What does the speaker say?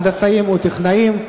הנדסאים וטכנאים.